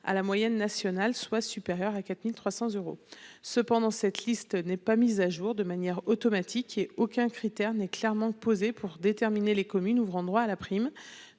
à la moyenne nationale soit supérieure à 4300 euros. Cependant, cette liste n'est pas mise à jour de manière automatique et aucun critère n'est clairement posé pour déterminer les communes ouvrant droit à la prime.